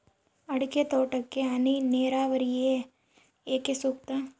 ಅಡಿಕೆ ತೋಟಕ್ಕೆ ಹನಿ ನೇರಾವರಿಯೇ ಏಕೆ ಸೂಕ್ತ?